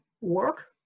work